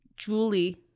Julie